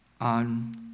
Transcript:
on